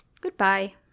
goodbye